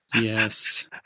Yes